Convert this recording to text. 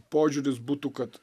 požiūris būtų kad